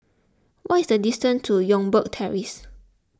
what is the distance to Youngberg Terrace